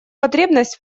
потребность